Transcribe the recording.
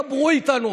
דברו איתנו.